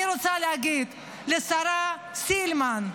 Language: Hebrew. אני רוצה להגיד לשרה סילמן,